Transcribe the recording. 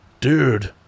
dude